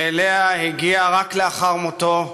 ואליה הגיע רק לאחר מותו,